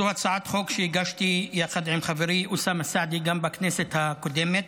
זו הצעת חוק שהגשתי יחד עם חברי אוסאמה סעדי גם בכנסת הקודמת.